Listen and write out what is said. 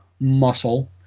muscle